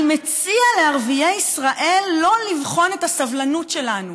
אני מציע לערביי ישראל לא לבחון את הסבלנות שלנו.